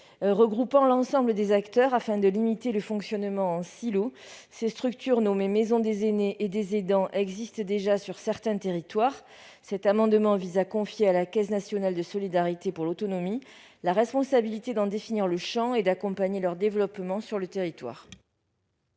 regroupant l'ensemble des acteurs, afin de limiter le fonctionnement en silo. Ces structures, nommées maisons des aînés et des aidants, existent déjà sur certains territoires. Cet amendement vise à confier à la Caisse nationale de solidarité pour l'autonomie la responsabilité d'en définir le champ et d'accompagner leur développement sur le territoire.